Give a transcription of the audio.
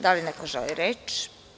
Da li neko želi reč?